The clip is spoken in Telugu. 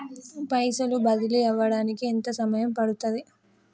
పైసలు బదిలీ అవడానికి ఎంత సమయం పడుతది?